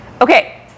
okay